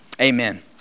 Amen